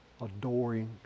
adoring